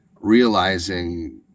realizing